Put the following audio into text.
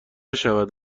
شود